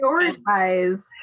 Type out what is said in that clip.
Prioritize